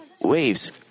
waves